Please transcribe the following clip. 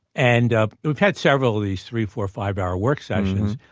and ah we've had several of these three, four, five-hour work sessions,